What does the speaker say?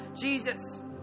Jesus